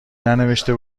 ننوشته